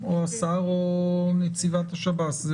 או השר או נציבת השב"ס.